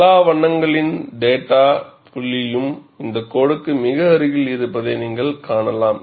எல்லா வண்ணங்களின் டேட்டா புள்ளியும் இந்த கோடுக்கு மிக அருகில் இருப்பதை நீங்கள் காணலாம்